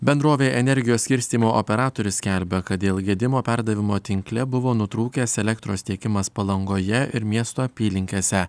bendrovė energijos skirstymo operatorius skelbia kad dėl gedimo perdavimo tinkle buvo nutrūkęs elektros tiekimas palangoje ir miesto apylinkėse